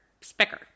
spicker